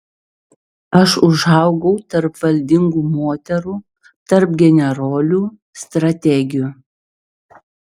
aš užaugau tarp valdingų moterų tarp generolių strategių